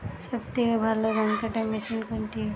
সবথেকে ভালো ধানকাটা মেশিন কোনটি?